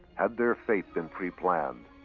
had their fate been preplanned?